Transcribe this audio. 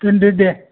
दोनदो दे